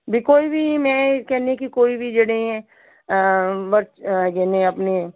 ਵੀ ਕੋਈ ਵੀ ਮੈਂ ਇਹ ਕਹਿੰਦੀ ਕਿ ਕੋਈ ਵੀ ਜਿਹੜੇ ਬਟ ਹੈਗੇ ਨੇ ਆਪਣੇ